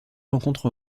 rencontres